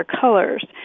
colors